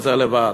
וזה לבד.